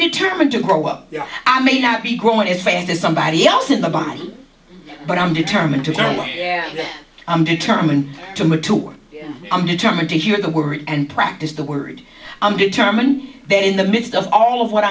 determined to grow up i may not be growing as fast as somebody else in the body but i'm determined to i'm determined to mature i'm determined to here to work and practice the word i'm determined there in the midst of all of what